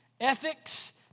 ethics